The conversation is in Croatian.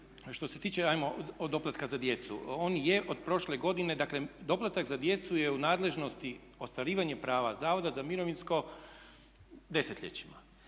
što se tiče hajmo od doplatka za djecu. On je od prošle godine, dakle doplatak za djecu je u nadležnosti ostvarivanje prava Zavoda za mirovinsko desetljećima.